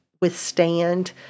withstand